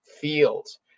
Fields